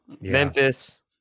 Memphis